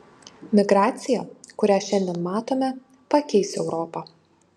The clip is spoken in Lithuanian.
migracija kurią šiandien matome pakeis europą